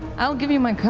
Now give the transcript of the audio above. i'll give you my card.